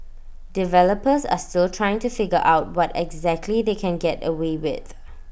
developers are still trying to figure out what exactly they can get away with